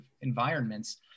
environments